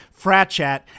FRATCHAT